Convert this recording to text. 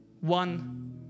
One